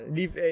Leave